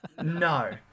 No